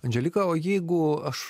andželika o jeigu aš